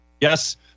Yes